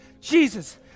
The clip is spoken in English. Jesus